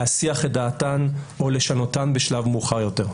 להסיח את דעתן או לשנותן בשלב מאוחר יותר.